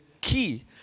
key